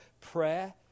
prayer